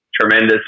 Tremendous